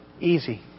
easy